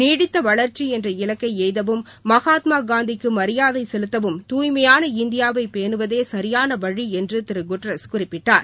நீடித்த வளர்ச்சி என்ற இலக்கை எய்தவும் மகாத்மா காந்திக்கு அஞ்சலி செலுத்தவும் தூய்மையாள இந்தியாவை பேணுவதே சரியான வழி என்று திரு குட்ரஸ் குறிப்பிட்டார்